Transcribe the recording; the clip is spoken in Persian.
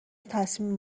تصمیم